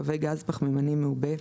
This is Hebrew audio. קווי גז פחמימני מעובה,